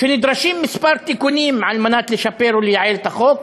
שנדרשים כמה תיקונים על מנת לשפר ולייעל את החוק